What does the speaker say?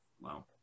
Wow